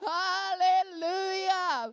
hallelujah